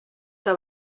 que